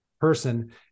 person